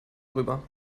drüber